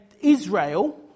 Israel